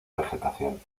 vegetación